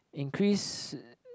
increase